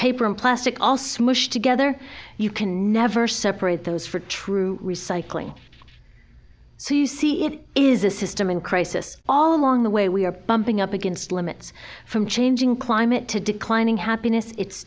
paper and plastic all smushed together you can never separate those for true recycling so you see it is a system in crisis all along the way we are bumping up against limits from changing climate to declining happiness it's